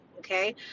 Okay